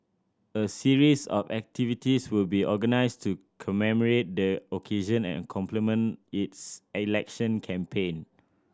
a series of activities will be organised to commemorate the occasion and complement its election campaign